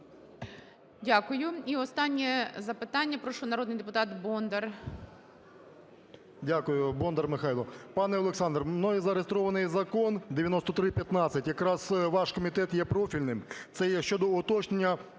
Дякую. І останнє запитання. Прошу, народний депутат Бондар. 12:48:52 БОНДАР М.Л. Дякую. Бондар Михайло. Пане Олександр, мною зареєстрований Закон 9315, якраз ваш комітет є профільним. Це є щодо уточнення